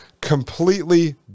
completely